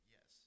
Yes